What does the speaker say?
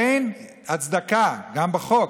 אין הצדקה, גם בחוק,